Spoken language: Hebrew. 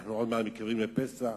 אנחנו מתקרבים לפסח,